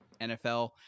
NFL